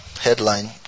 headline